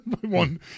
one